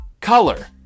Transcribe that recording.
Color